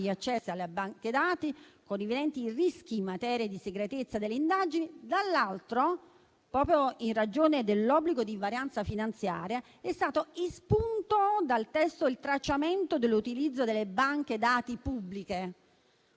accessi alle banche dati, con evidenti rischi in materia di segretezza delle indagini, dall'altro proprio in ragione dell'obbligo di invarianza finanziaria è stato espunto dal testo il tracciamento dell'utilizzo delle banche dati pubbliche,